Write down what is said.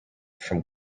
from